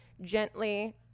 gently